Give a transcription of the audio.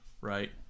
right